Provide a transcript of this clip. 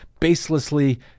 baselessly